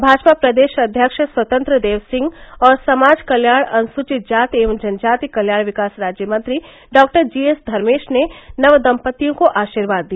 भाजपा प्रदेश अध्यक्ष स्वतंत्र देव सिंह और समाज कल्याण अन्सूचित जाति एवं जनजाति कल्याण विकास राज्यमंत्री डॉ जी एस धर्मेश ने नव दम्पत्तियों को आशीर्वाद दिया